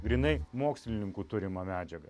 grynai mokslininkų turimą medžiagą